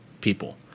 people